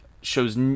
shows